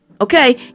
Okay